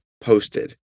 posted